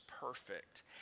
perfect